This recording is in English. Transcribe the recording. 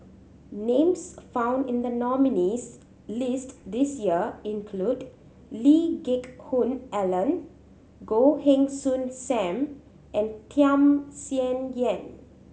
names found in the nominees' list this year include Lee Geck Hoon Ellen Goh Heng Soon Sam and Tham Sien Yen